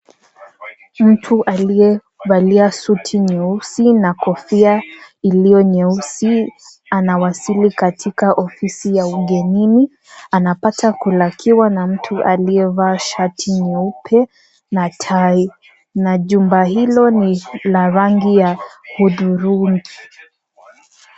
Mtu aliyevalia suti nyeusi na kofia iliyo nyeusi anawasili katika ofisi ya ugenini, anapata kulakiwa na mtu aliyevaa shati nyeupe na tai, na jumba hilo ni la rangi ya hudhurungi.